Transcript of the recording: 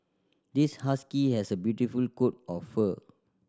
this husky has a beautiful coat of fur